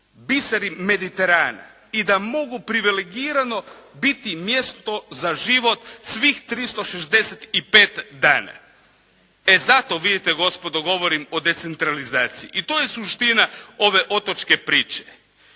biseri Mediterana i da mogu privilegirano biti mjesto za život svih 365 dana. E zato vidite gospodo govorim o decentralizaciji. I to je suština ove otočke priče.